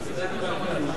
על דעת ועדת החוקה,